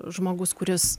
žmogus kuris